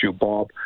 Bob